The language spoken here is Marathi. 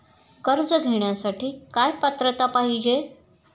कर्ज घेण्यासाठी काय पात्रता पाहिजे?